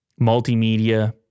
multimedia